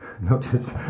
notice